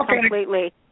completely